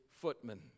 footman